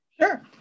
Sure